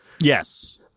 Yes